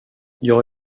jag